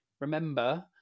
remember